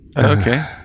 Okay